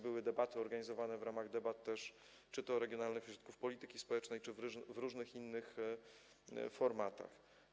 Były też debaty organizowane w ramach debat regionalnych ośrodków polityki społecznej czy w różnych innych formatach.